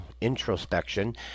introspection